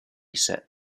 set